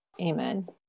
Amen